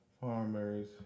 farmers